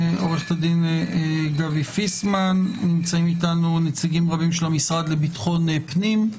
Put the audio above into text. עוה"ד גבי פיסמן; נמצאים אתנו נציגים רבים של המשרד לביטחון פנים,